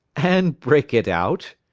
and break it out?